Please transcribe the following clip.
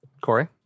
Corey